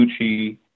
Gucci